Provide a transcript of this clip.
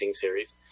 series